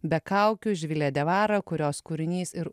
be kaukių živilė diawara kurios kūrinys ir